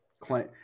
claim